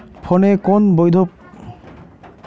ফোনে কোন বৈধ প্ল্যান নেই কি করে ঋণ নেব?